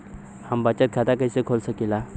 हम बचत खाता कईसे खोल सकिला?